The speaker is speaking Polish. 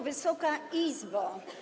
Wysoka Izbo!